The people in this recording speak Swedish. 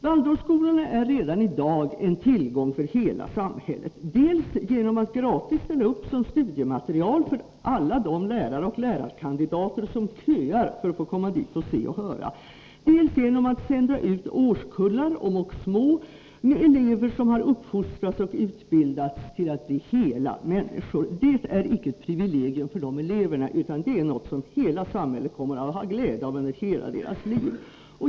Waldorfskolorna är redan i dag en tillgång för hela samhället, dels genom att de gratis ställer upp som studiematerial för alla de lärare och lärarkandidater som köar för att få komma dit och se och höra, dels genom att de sänder ut årskullar — låt vara att de är små — med elever som har uppfostrats och utbildats till att bli hela människor. Det är inte ett privilegium för de eleverna, utan det är något som hela samhället kommer att ha glädje av under hela deras liv.